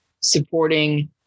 supporting